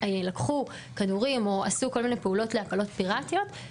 לקחו כדורים או עשו כל מיני פעולות להפלות פיראטיות,